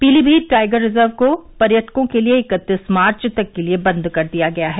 Pilibhit tiger reserve को पर्यटकों के लिए इकत्तीस मार्च तक के लिये बंद कर दिया गया है